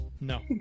No